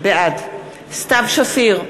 בעד סתיו שפיר,